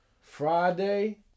Friday